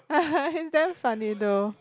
it's damn funny though